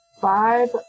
five